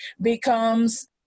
becomes